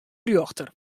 rjochter